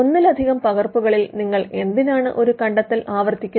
ഒന്നിലധികം പകർപ്പുകളിൽ നിങ്ങൾ എന്തിനാണ് ഒരു കണ്ടുപിടുത്തം ആവർത്തിക്കുന്നത്